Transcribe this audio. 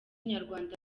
nyarwanda